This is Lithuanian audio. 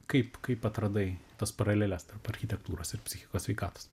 kaip kaip atradai tas paraleles tarp architektūros ir psichikos sveikatos